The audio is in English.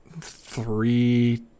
three